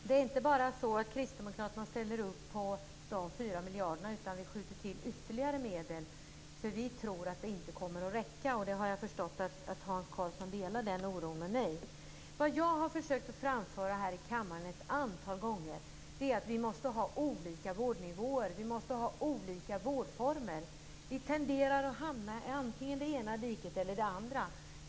Fru talman! Kristdemokraterna ställer inte bara upp på de 4 miljarderna, utan vi skjuter också till ytterligare medel. Vi tror nämligen att det inte kommer att räcka, och jag har förstått att Hans Karlsson delar den oron med mig. Vad jag har försökt framföra här i kammaren ett antal gånger är att vi måste ha olika vårdnivåer, olika vårdformer. Vi tenderar att hamna i antingen det ena diket eller det andra.